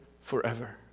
forever